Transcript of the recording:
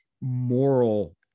moral